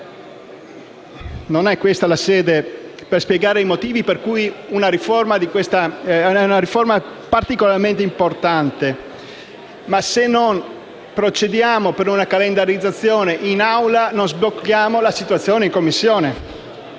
Non è questa la sede per spiegare i motivi per cui si tratta di una riforma particolarmente importante, ma se non procediamo ad una sua calendarizzazione in Assemblea, non sbloccheremo la situazione in Commissione.